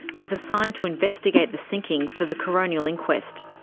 was assigned to investigate the sinking for the coronial inquest.